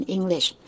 English